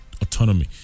autonomy